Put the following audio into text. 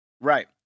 Right